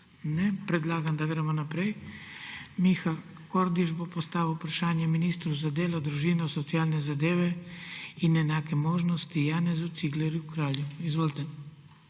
Predlagam, da gremo naprej. Miha Kordiš bo postavil vprašanje ministru za delo, družino, socialne zadeve in enake možnosti Janezu Ciglerju Kralju. Izvolite.